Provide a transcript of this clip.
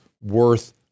worth